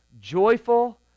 joyful